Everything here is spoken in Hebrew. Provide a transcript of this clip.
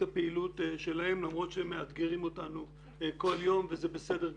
הפעילות שלהם למרות שהם מאתגרים אותנו כל יום וזה בסדר גמור.